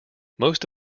most